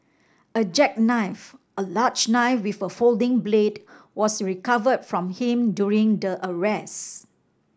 a jackknife a large knife with a folding blade was recovered from him during the arrest